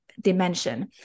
dimension